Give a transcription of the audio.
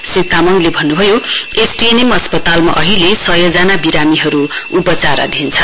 श्री तामाङले भन्न्भयो एसटीएनएम अस्पतालमा अहिले सयजना बिरामीहरू उपचाराधीन छन्